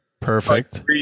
perfect